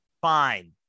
Fine